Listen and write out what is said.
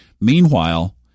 Meanwhile